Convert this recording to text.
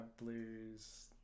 blues